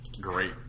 great